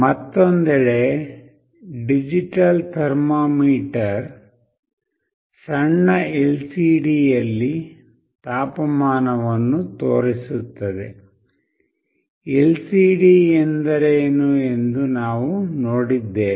ಮತ್ತೊಂದೆಡೆ digital thermometer ಸಣ್ಣ LCD ಯಲ್ಲಿ ತಾಪಮಾನವನ್ನು ತೋರಿಸುತ್ತದೆ LCD ಎಂದರೇನು ಎಂದು ನಾವು ನೋಡಿದ್ದೇವೆ